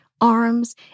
arms